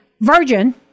Virgin